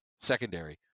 secondary